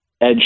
edge